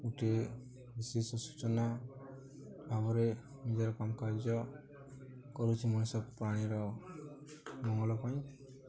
ଗୋଟିଏ ବିଶେଷ ସୂଚନା ଭାବରେ ନିଜର କାମ କାର୍ଯ୍ୟ କରୁଛିି ମଣିଷ ପ୍ରାଣୀର ମଙ୍ଗଲ ପାଇଁ